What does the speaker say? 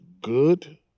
good